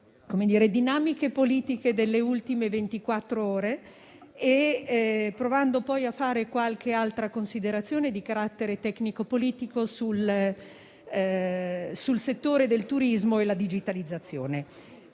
dinamiche politiche delle ultime ventiquattr'ore, provando poi a fare qualche altra considerazione di carattere tecnico-politico sul settore del turismo e sulla digitalizzazione.